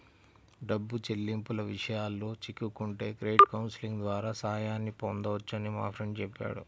డబ్బు చెల్లింపుల విషయాల్లో చిక్కుకుంటే క్రెడిట్ కౌన్సిలింగ్ ద్వారా సాయాన్ని పొందొచ్చని మా ఫ్రెండు చెప్పాడు